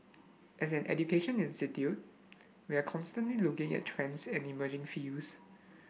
as an education institution we are constantly looking at trends and emerging fields